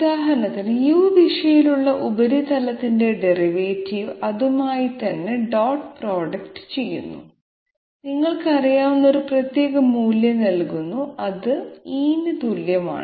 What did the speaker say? ഉദാഹരണത്തിന് u ദിശയിലുള്ള ഉപരിതലത്തിന്റെ ഡെറിവേറ്റീവ് അതുമായിത്തന്നെ ഡോട്ട് പ്രോഡക്റ്റ് ചെയ്യുന്നു നിങ്ങൾക്ക് അറിയാവുന്ന ഒരു പ്രത്യേക മൂല്യം നൽകുന്നു അത് E ന് തുല്യമാണ്